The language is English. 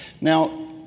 Now